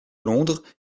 londres